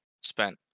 spent